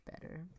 better